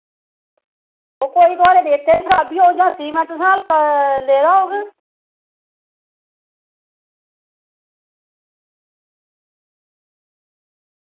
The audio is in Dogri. ते ओह् थोह्ड़े रेतै च गै खराबी होग जां सीमैंट तुसें हल्का लेदा होग